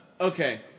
Okay